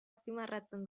azpimarratzen